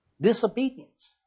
Disobedience